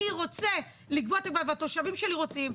אני רוצה לגבות אגרה והתושבים שלי רוצים,